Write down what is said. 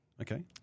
Okay